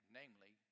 namely